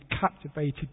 captivated